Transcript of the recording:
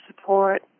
support